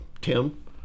Tim